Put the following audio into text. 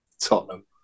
Tottenham